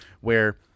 where-